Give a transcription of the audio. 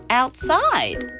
outside